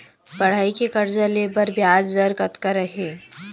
पढ़ई के कर्जा ले बर ब्याज दर कतका हे?